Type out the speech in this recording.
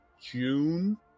June